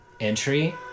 entry